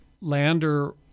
Lander